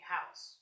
House